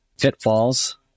pitfalls